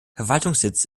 verwaltungssitz